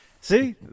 see